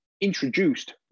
introduced